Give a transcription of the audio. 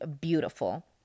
beautiful